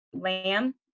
lamb